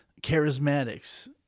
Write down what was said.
charismatics